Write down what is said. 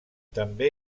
també